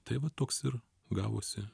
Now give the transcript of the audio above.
tai va toks ir gavosi